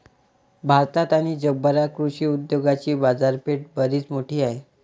भारतात आणि जगभरात कृषी उद्योगाची बाजारपेठ बरीच मोठी आहे